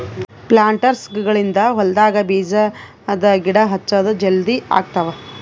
ಪ್ಲಾಂಟರ್ಸ್ಗ ಗಳಿಂದ್ ಹೊಲ್ಡಾಗ್ ಬೀಜದ ಗಿಡ ಹಚ್ಚದ್ ಜಲದಿ ಆಗ್ತಾವ್